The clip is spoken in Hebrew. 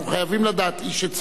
אנחנו חייבים לדעת איש את שפתו,